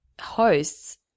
hosts